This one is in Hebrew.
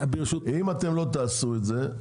אם אתם לא תעשו את זה,